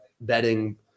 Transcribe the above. betting